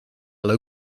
low